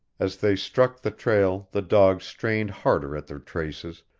as they struck the trail the dogs strained harder at their traces,